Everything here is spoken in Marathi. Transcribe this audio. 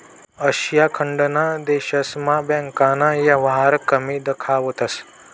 आशिया खंडना देशस्मा बँकना येवहार कमी दखातंस